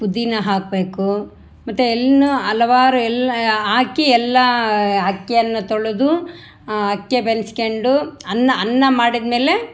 ಪುದಿನ ಹಾಕಬೇಕು ಮತ್ತು ಎಳ್ಳು ಹಲವಾರು ಎಲ್ಲ ಹಾಕಿ ಎಲ್ಲಾ ಅಕ್ಕಿಯನ್ನು ತೊಳೆದು ಆ ಅಕ್ಕಿಯ ಬೆಂದುಸ್ಕೊಂಡು ಅನ್ನ ಅನ್ನ ಮಾಡಿದ ಮೇಲೆ